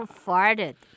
farted